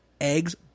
eggs